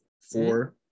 four